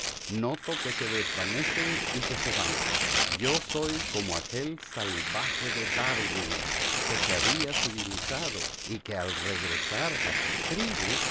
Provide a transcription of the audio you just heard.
noto que se desvanecen y que se van yo soy como aquel salvaje de darwin que se había civilizado y que al regresar a su tribu